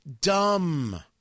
Dumb